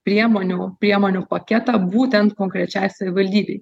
priemonių priemonių paketą būtent konkrečiai savivaldybei